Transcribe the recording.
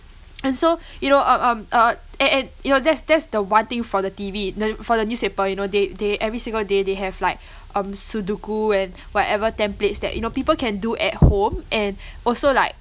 and so you know uh um uh a~ and you know that's that's the one thing for the T_V the for the newspaper you know they they every single day they have like um sudoku and whatever templates that you know people can do at home and also like